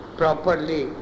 properly